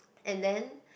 and then